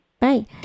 Bye